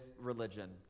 religion